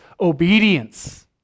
obedience